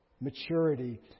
maturity